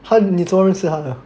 !huh! 你怎么认识他的